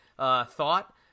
Thought